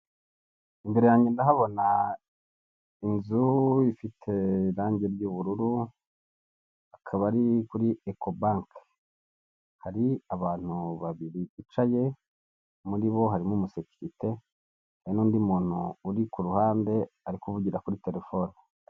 Imbere yanjye ndahabona inzu ifite irangi ry'ubururu hakaba ari kuri eko banki, hari abantu babiri bicaye muri bo harimo umusekirite hari n'undi muntu uri kuruhande ari kuvugira kuri telefone.